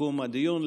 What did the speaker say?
סיכום הדיון.